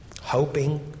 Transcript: hoping